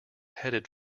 heading